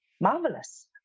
Marvelous